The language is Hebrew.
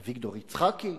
אביגדור יצחקי,